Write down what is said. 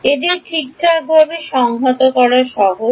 এটি ঠিকঠাকভাবে সংহত করা সহজ